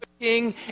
king